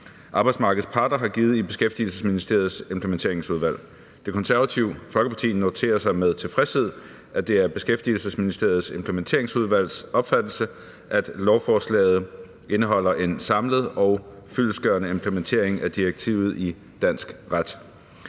arbejdsmarkedets parter har givet i Beskæftigelsesministeriets Implementeringsudvalg. Det Konservative Folkeparti noterer sig med tilfredshed, at det er Beskæftigelsesministeriets Implementeringsudvalgs opfattelse, at lovforslaget indeholder en samlet og fyldestgørende implementering af direktivet i dansk ret.